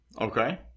Okay